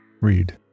Read